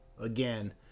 again